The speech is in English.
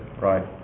right